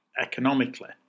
economically